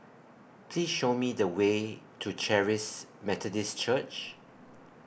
Please Show Me The Way to Charis Methodist Church